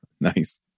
Nice